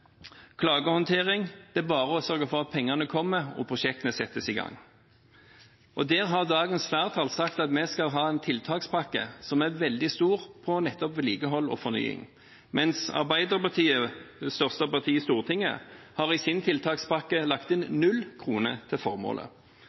klagehåndtering, det er bare å sørge for at pengene kommer og prosjektene settes i gang. Der har dagens flertall sagt at vi skal ha en tiltakspakke som er veldig stor på nettopp vedlikehold og fornying, mens Arbeiderpartiet, det største partiet i Stortinget, har i sin tiltakspakke lagt inn null kroner til formålet.